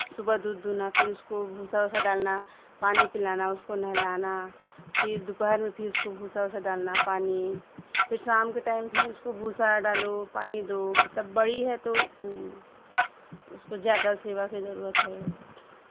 صبح دودھ دھونا پھر اس کو بھوسا ووسا ڈالنا پانی پلانا اس کو نہلانا پھر دوپہر میں پھر اس کو بھوسا ووسا ڈالنا پانی پھر شام کے ٹائم پھر اس کو بھوسا ڈالو پانی دو مطلب بڑی ہے تو اس کو زیادہ سیوا کی ضرورت ہے